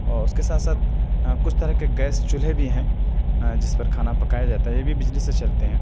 اور اس کے ساتھ ساتھ کچھ طرح کے گیس چولہے بھی ہیں جس پر کھانا پکایا جاتا ہے یہ بھی بجلی سے چلتے ہیں